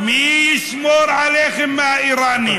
מי ישמור עליכם מהאירנים?